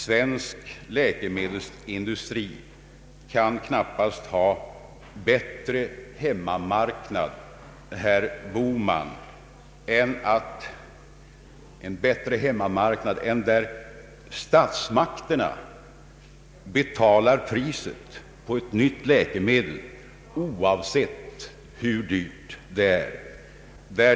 Svensk läkemedelsindustri kan knappast ha en bättre hemmamarknad, herr Bohman, än en marknad där statsmakterna betalar priset på ett nytt läkemedel, oavsett hur dyrt det är.